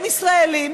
הם ישראלים,